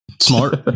Smart